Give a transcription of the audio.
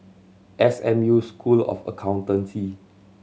S M U School of Accountancy